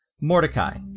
Mordecai